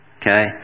Okay